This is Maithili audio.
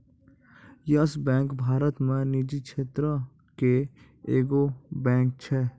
यस बैंक भारत मे निजी क्षेत्रो के एगो बैंक छै